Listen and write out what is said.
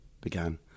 began